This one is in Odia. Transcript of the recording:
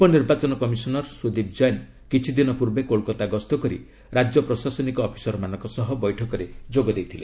ଉପନିର୍ବାଚନ କମିଶନର୍ ସୁଦୀପ୍ ଜେନ୍ କିଛିଦିନ ପୂର୍ବେ କୋଲ୍କାତା ଗସ୍ତ କରି ରାଜ୍ୟ ପ୍ରଶାସନିକ ଅଫିସରମାନଙ୍କ ସହ ବୈଠକରେ ଯୋଗ ଦେଇଥିଲେ